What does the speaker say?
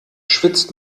schwitzt